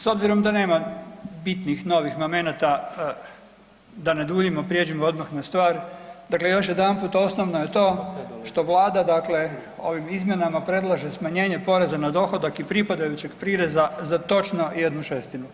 S obzirom da nema bitnih novih momenata da ne duljimo, prijeđimo odmah na stvar, dakle još jedanput osnovno je to što Vlada ovim izmjenama predlaže smanjenje poreza na dohodak i pripadajućeg prireza za točno 1/6, matematički precizno, za točno 1/6.